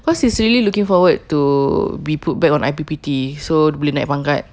cause he's really looking forward to be put back on I_P_P_T so boleh naik pangkat